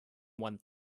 one